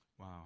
Wow